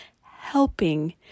helping